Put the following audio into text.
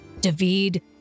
David